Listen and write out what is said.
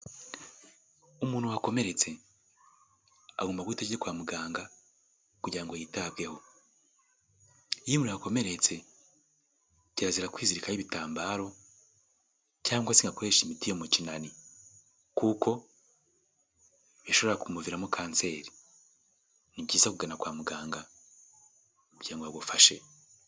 Umuntu wakomeretse agomba guhita ajya kwa muganga kugirango ngo yitabweho, iyo umuntu yakomeretse cyirazira kwizirikaho ibitambaro cyangwa se agakoresha imiti yo mu kinani kuko bishobora kumuviramo kanseri, ni byiza kugana kwa muganga kugira ngo agufashe.